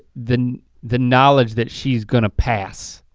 the the knowledge that she's gonna pass.